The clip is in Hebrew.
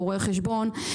רואה חשבון,